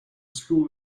school